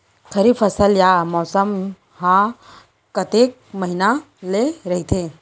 खरीफ फसल या मौसम हा कतेक महिना ले रहिथे?